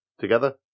together